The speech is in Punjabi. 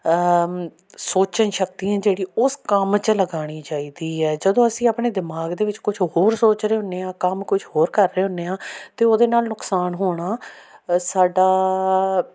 ਸੋਚਣ ਸ਼ਕਤੀ ਹੈ ਜਿਹੜੀ ਉਸ ਕੰਮ 'ਚ ਲਗਾਉਣੀ ਚਾਹੀਦੀ ਹੈ ਜਦੋਂ ਅਸੀਂ ਆਪਣੇ ਦਿਮਾਗ ਦੇ ਵਿੱਚ ਕੁਛ ਹੋਰ ਸੋਚ ਰਹੇ ਹੁੰਦੇ ਹਾਂ ਕੰਮ ਕੁਛ ਹੋਰ ਕਰ ਰਹੇ ਹੁੰਦੇ ਹਾਂ ਅਤੇ ਉਹਦੇ ਨਾਲ ਨੁਕਸਾਨ ਹੋਣਾ ਸਾਡਾ